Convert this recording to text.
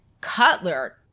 Cutler